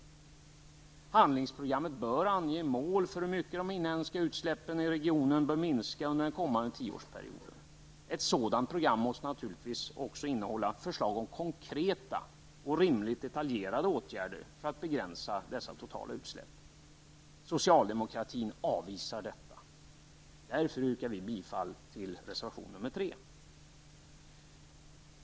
Det här handlingsprogrammet bör ange mål för hur mycket de inhemska utsläppen i regionen borde minska under den kommande tioårsperioden. Ett sådant program måste självfallet också innehålla förslag om konkreta och rimligt detaljerade åtgärder för att begränsa de totala utsläppen. Socialdemokraterna är avvisande. Därför yrkar vi bifall till reservation nr 3.